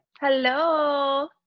Hello